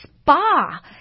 spa